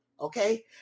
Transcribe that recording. okay